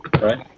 Right